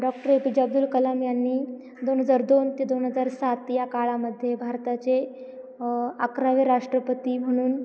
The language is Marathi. doctor A P J Abdul Kalam यांनी दोन हजार दोन ते दोन हजार सात या काळामध्ये भारताचे अकरावे राष्ट्रपती म्हणून